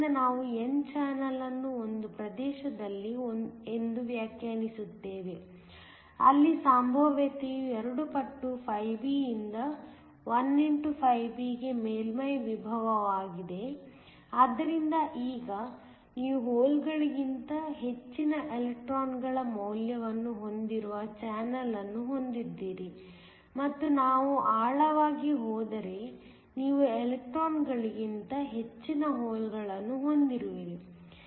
ಆದ್ದರಿಂದ ನಾವು n channel ಅನ್ನು ಒಂದು ಪ್ರದೇಶದಲ್ಲಿ ಎಂದು ವ್ಯಾಖ್ಯಾನಿಸುತ್ತೇವೆ ಅಲ್ಲಿ ಸಂಭಾವ್ಯತೆಯು ಎರಡು ಪಟ್ಟು φb ಯಿಂದ 1xφb ಗೆ ಮೇಲ್ಮೈ ವಿಭವವಾಗಿದೆ ಆದ್ದರಿಂದ ಈಗ ನೀವು ಹೋಲ್ಗಳಿಗಿಂತ ಹೆಚ್ಚಿನ ಎಲೆಕ್ಟ್ರಾನ್ಗಳ ಮೌಲ್ಯವನ್ನು ಹೊಂದಿರುವ ಚಾನಲ್ ಅನ್ನು ಹೊಂದಿದ್ದೀರಿ ಮತ್ತು ನಾವು ಆಳವಾಗಿ ಹೋದರೆ ನೀವು ಎಲೆಕ್ಟ್ರಾನ್ಗಳಿಗಿಂತ ಹೆಚ್ಚಿನ ಹೋಲ್ಗಳನ್ನು ಹೊಂದಿರುವಿರಿ